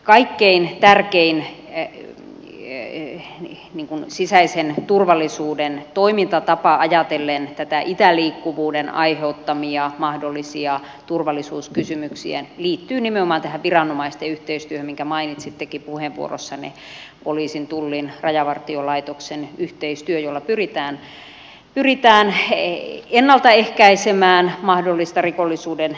kaikkein tärkein sisäisen turvallisuuden toimintatapa ajatellen näitä itäliikkuvuuden aiheuttamia mahdollisia turvallisuuskysymyksiä liittyy nimenomaan tähän viranomaisten yhteistyöhön minkä mainitsittekin puheenvuorossanne poliisin tullin rajavartiolaitoksen yhteistyöhön jolla pyritään ennaltaehkäisemään mahdollista rikollisuuden lisääntymistä